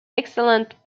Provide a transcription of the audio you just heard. excellent